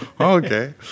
Okay